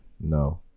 No